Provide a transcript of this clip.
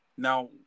Now